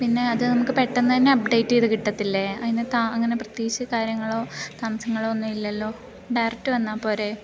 പിന്നെ അത് നമുക്ക് പെട്ടന്ന് തന്നെ അപ്ഡേറ്റ് ചെയ്ത് കിട്ടത്തില്ലേ അതിനകത്ത് അങ്ങനെ പ്രത്യേകിച്ച് കാര്യങ്ങളോ താമസങ്ങളോ ഒന്നും ഇല്ലല്ലോ ഡയറക്റ്റ് വന്നാപ്പോരേ